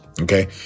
Okay